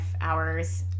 hours